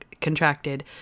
contracted